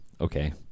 Okay